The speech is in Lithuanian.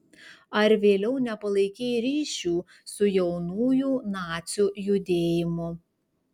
ar vėliau nepalaikei ryšių su jaunųjų nacių judėjimu